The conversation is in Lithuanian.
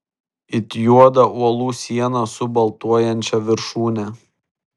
it juodą uolų sieną su baltuojančia viršūne